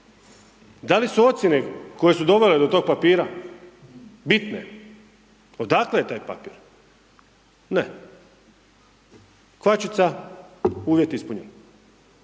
da li su ocjene koje su dovele do tog papira bitne, odakle je taj papir, ne, kvačica, uvjet ispunjen.